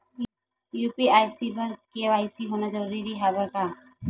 UPI बर KYC होना जरूरी हवय का?